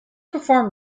perform